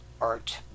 art